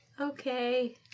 Okay